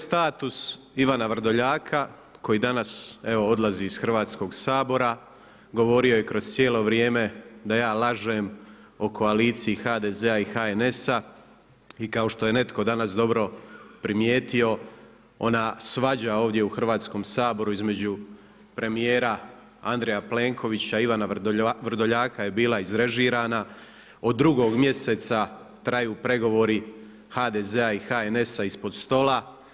Ovo je status Ivana Vrdoljaka, koji danas, evo odlazi iz Hrvatskog sabora, govorio je kroz cijelo vrijeme da ja lažem o koaliciji HDZ-a i HNS-a i kao što je netko danas dobro primijetio, ona svađa ovdje u Hrvatskom saboru između premjera Andreja Plenkovića i Ivana Vrdoljaka je bila izrežirana, od drugog mjeseca traju pregovori HDZ-a i HNS-a ispod stola.